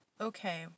okay